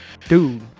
Dude